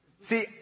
See